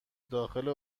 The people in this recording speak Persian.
داخل